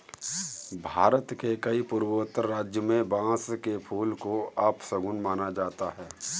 भारत के कई पूर्वोत्तर राज्यों में बांस के फूल को अपशगुन माना जाता है